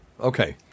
Okay